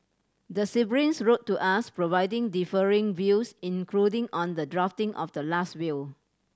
the siblings wrote to us providing differing views including on the drafting of the last will